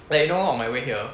like you know on my way here